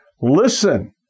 Listen